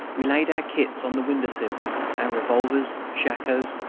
we laid our kits on the window-sill our revolvers, shakoes,